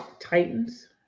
Titans